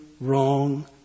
wrong